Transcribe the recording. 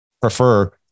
prefer